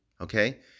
Okay